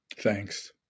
Thanks